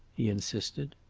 he insisted.